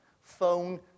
Phone